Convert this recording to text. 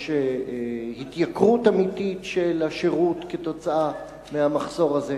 יש התייקרות אמיתית של השירות כתוצאה מהמחסור הזה.